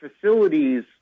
facilities